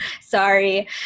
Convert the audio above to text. Sorry